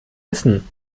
essen